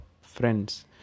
friends